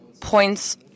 points